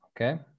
okay